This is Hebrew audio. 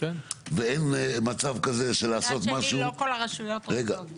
ואין מצב כזה של לעשות משהו --- מצד שני לא כל הרשויות רוצות,